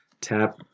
Tap